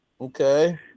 Okay